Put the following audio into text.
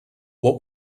what